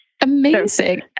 amazing